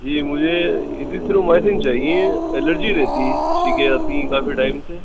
جی مجھے اریتھرومائیسن چاہیے الرجی رہتی ہے چھینکے آتی ہیں کافی ٹائم سے